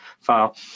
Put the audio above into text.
file